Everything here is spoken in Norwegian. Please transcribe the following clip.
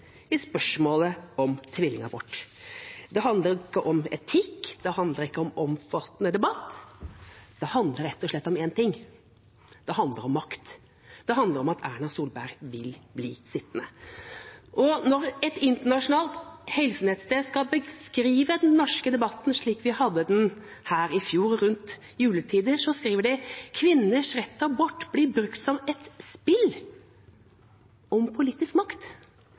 i spørsmålet om tvillingabort. Det handler ikke om etikk. Det handler ikke om omfattende debatt. Det handler rett og slett om én ting: makt. Det handler om at Erna Solberg vil bli sittende. Når et internasjonalt helsenettsted skal beskrive den norske debatten slik vi hadde den her i fjor rundt juletider, skriver de at kvinners rett til abort blir brukt som et spill om politisk makt.